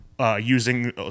Using